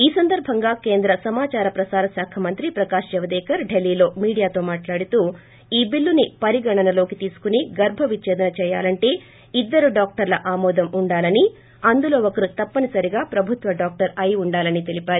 ఈ సందర్భంగా కేంద్ర ప్రసార శాఖ మంత్రి ప్రకాష్ జావదేకర్ ఢిల్లీలో మీడియాతో మాట్లాడుతూ ఈ బిల్లుని పరిగణనలోకి తీసుకుని గర్భ విచ్చేదన చేయాలంటే ఇద్దరు డాక్టర్ల ఆమోదం ఉండాలని అందులో ఒకరు తప్పనిసరిగా ప్రభుత్వ డాక్టర్ అయి ఉండాలని తెలిపారు